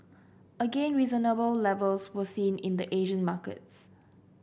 again reasonable levels were seen in the Asian markets